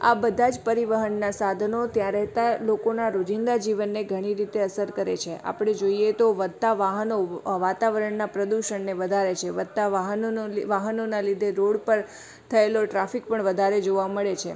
આ બધાં જ પરિવહનનાં સાધનો ત્યાં રહેતા લોકોના રોજિંદા જીવનને ઘણી રીતે અસર કરે છે આપણે જોઇએ તો વધતાં વાહનો વાતાવરણનાં પ્રદૂષણને વધારે છે વધતા વાહનોનો લી વાહનોના લીધે રોડ પર થયેલો ટ્રાફિક પણ વધારે જોવા મળે છે